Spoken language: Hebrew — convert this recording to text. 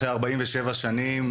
אחרי 47 שנים,